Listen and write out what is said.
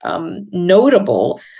Notable